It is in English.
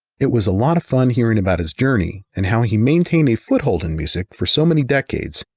it was a lot of fun hearing about his journey and how he maintained a foothold in music for so many decades,